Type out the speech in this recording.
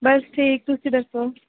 बस ठीक तुस दस्सो